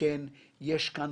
שאכן יש כאן